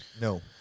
No